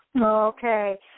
Okay